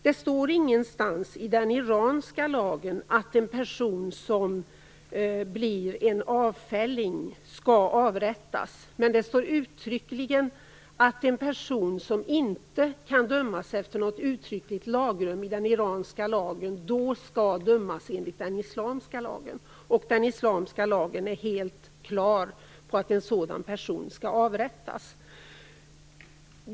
Det står inte någonstans i den iranska lagen att en person som blir avfälling skall avrättas, men det står uttryckligen att en person som inte kan dömas efter ett uttryckligt lagrum i den iranska lagen i stället skall dömas enligt den islamska lagen. Den islamska lagen är helt klar; en sådan person skall avrättas.